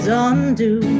undo